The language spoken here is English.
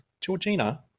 Georgina